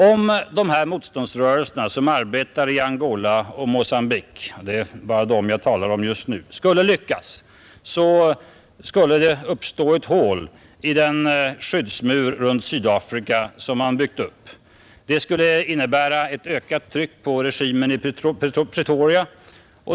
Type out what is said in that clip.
Om de här motståndsrörelserna, som arbetar i Angola och Mogambique — det är bara dem jag talar om just nu — skulle lyckas, uppstår ett hål i den skyddsmur runt Sydafrika som man byggt upp. Det skulle innebära ett ökat tryck på regimen i Pretoria.